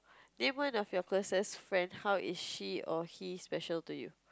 name one of your closest friend how is she or he special to you